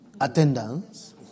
attendance